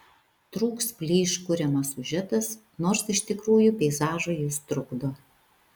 trūks plyš kuriamas siužetas nors iš tikrųjų peizažui jis trukdo